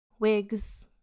wigs